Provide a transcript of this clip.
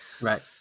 right